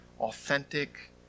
authentic